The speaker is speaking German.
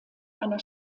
einer